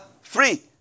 free